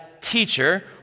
teacher